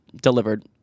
delivered